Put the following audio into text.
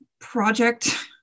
project